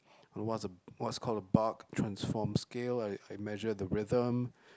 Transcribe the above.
and what's a what's called a bark transform skill I I measure the rhythm